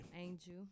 Angel